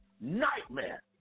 nightmare